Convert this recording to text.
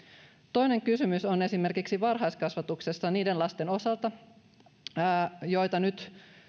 toinen kysymys on esimerkiksi varhaiskasvatuksessa niiden lasten osalta jotka nyt